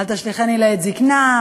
אל תשליכני לעת זיקנה,